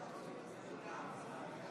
כך תמה ההצבעה.